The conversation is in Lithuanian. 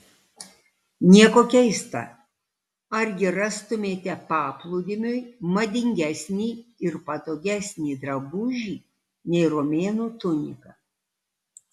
nieko keista argi rastumėte paplūdimiui madingesnį ir patogesnį drabužį nei romėnų tunika